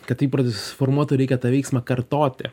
kad įprotis susiformuotų reikia tą veiksmą kartoti